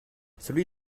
celui